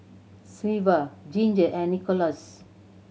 Sylva Ginger and Nicholaus